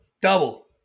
double